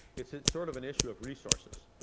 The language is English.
it's it's sort of an issue of resources.